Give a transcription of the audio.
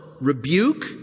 rebuke